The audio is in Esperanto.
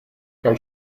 kaj